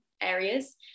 areas